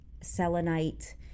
selenite